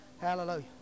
Hallelujah